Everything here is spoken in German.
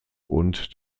und